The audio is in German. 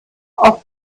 auf